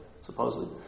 Supposedly